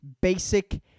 basic